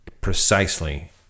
precisely